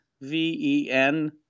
V-E-N